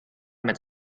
met